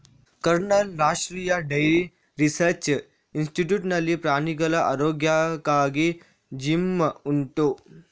ಕರ್ನಾಲ್ನ ರಾಷ್ಟ್ರೀಯ dairy research institute ನಲ್ಲಿ ಪ್ರಾಣಿಗಳ ಆರೋಗ್ಯಕ್ಕಾಗಿ ಜಿಮ್ ಉಂಟು